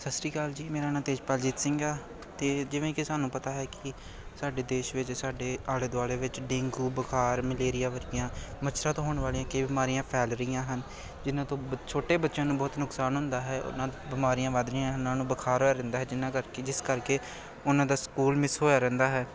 ਸਤਿ ਸ਼੍ਰੀ ਅਕਾਲ ਜੀ ਮੇਰਾ ਨਾਮ ਤੇਜਪਾਲਜੀਤ ਸਿੰਘ ਆ ਅਤੇ ਜਿਵੇਂ ਕਿ ਸਾਨੂੰ ਪਤਾ ਹੈ ਕਿ ਸਾਡੇ ਦੇਸ਼ ਵਿੱਚ ਸਾਡੇ ਆਲੇ ਦੁਆਲੇ ਵਿੱਚ ਡੇਂਗੂ ਬੁਖਾਰ ਮਲੇਰੀਆ ਵਰਗੀਆਂ ਮੱਛਰਾਂ ਤੋਂ ਹੋਣ ਵਾਲੀਆਂ ਕਈ ਬਿਮਾਰੀਆਂ ਫੈਲ ਰਹੀਆਂ ਹਨ ਜਿਨ੍ਹਾਂ ਤੋਂ ਬ ਛੋਟੇ ਬੱਚਿਆਂ ਨੂੰ ਬਹੁਤ ਨੁਕਸਾਨ ਹੁੰਦਾ ਹੈ ਉਹਨਾਂ ਬਿਮਾਰੀਆਂ ਵੱਧ ਰਹੀਆਂ ਹਨ ਉਹਨਾਂ ਨੂੰ ਬੁਖਾਰ ਹੋਇਆ ਰਹਿੰਦਾ ਹੈ ਜਿਨ੍ਹਾਂ ਕਰਕੇ ਜਿਸ ਕਰਕੇ ਉਹਨਾਂ ਦਾ ਸਕੂਲ ਮਿਸ ਹੋਇਆ ਰਹਿੰਦਾ ਹੈ